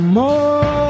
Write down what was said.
more